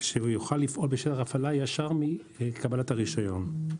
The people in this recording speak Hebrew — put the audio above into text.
שהוא יוכל לפעול בשטח הפעלה ישר מקבלת הרישיון.